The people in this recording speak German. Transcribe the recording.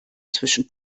zwischen